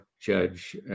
Judge